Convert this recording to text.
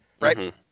right